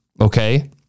Okay